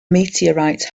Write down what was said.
meteorite